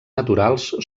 naturals